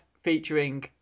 featuring